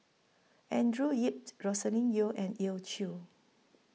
Andrew Yip Roscelin Yeo and Elim Chew